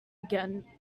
again